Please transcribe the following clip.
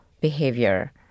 behavior